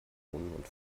und